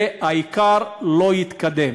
והעיקר לא יתקדם.